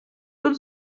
тут